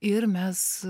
ir mes